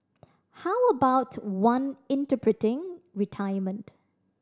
how about one interpreting retirement